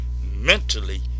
mentally